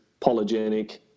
polygenic